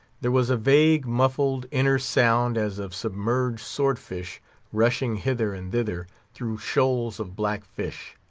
there was a vague, muffled, inner sound, as of submerged sword-fish rushing hither and thither through shoals of black-fish.